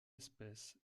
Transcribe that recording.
espèce